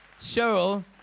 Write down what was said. Cheryl